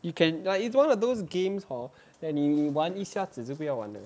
you can it's like one of those games hor that 你玩一下子就不要玩了